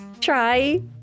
Try